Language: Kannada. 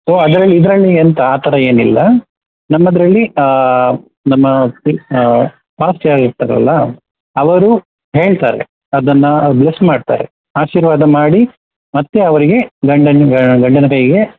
ಸೊ ಅದ್ರಲ್ಲಿ ಇದರಲ್ಲಿ ಎಂತ ಆ ಥರ ಏನಿಲ್ಲ ನಮ್ಮದರಲ್ಲಿ ನಮ್ಮ ಟಿ ಪಾಸ್ಟ್ ಯಾರು ಇರ್ತಾರಲ್ಲ ಅವರು ಹೇಳ್ತಾರೆ ಅದನ್ನು ಬ್ಲೆಸ್ ಮಾಡ್ತಾರೆ ಆಶೀರ್ವಾದ ಮಾಡಿ ಮತ್ತು ಅವರಿಗೆ ಗಂಡನ ಗಂಡನ ಕೈಗೆ